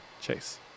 Chase